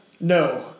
No